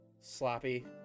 sloppy